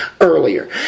earlier